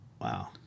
Wow